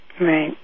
Right